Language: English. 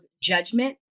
judgment